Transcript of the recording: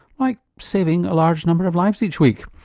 like saving a large number of lives each week.